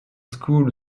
school